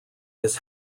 his